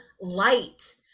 light